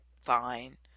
fine